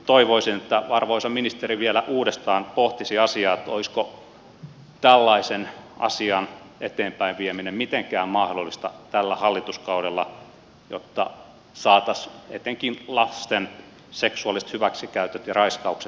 toivoisin että arvoisa ministeri vielä uudestaan pohtisi asiaa olisiko tällaisen asian eteenpäin vieminen mitenkään mahdollista tällä hallituskaudella jotta saataisiin etenkin lasten seksuaaliset hyväksikäytöt ja raiskaukset vähenemään